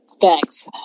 Thanks